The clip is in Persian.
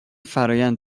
فرایند